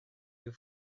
your